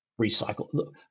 recycle